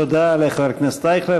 תודה לחבר הכנסת אייכלר.